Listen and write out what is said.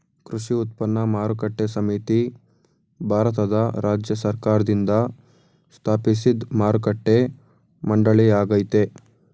ಕೃಷಿ ಉತ್ಪನ್ನ ಮಾರುಕಟ್ಟೆ ಸಮಿತಿ ಭಾರತದ ರಾಜ್ಯ ಸರ್ಕಾರ್ದಿಂದ ಸ್ಥಾಪಿಸಿದ್ ಮಾರುಕಟ್ಟೆ ಮಂಡಳಿಯಾಗಯ್ತೆ